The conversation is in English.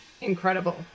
incredible